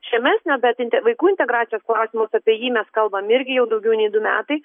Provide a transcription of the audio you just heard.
žemesnio bet inte vaikų integracijos klausimas apie jį mes kalbam irgi jau daugiau nei du metai